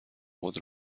خود